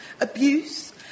abuse